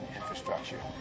infrastructure